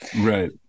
Right